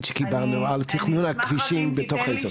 שקיבלנו על תכנון הכבישים בתוך האזור.